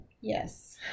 Yes